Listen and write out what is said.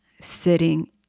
sitting